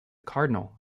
cardinal